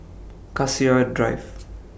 Cassia Drive